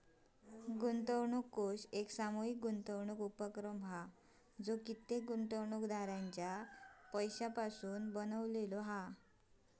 गुंतवणूक कोष एक सामूहीक गुंतवणूक उपक्रम हा जो कित्येक गुंतवणूकदारांच्या पैशासून बनलो हा